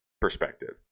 Perspective